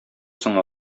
соң